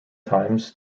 times